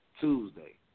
Tuesday